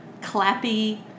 clappy